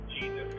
Jesus